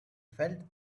felt